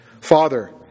Father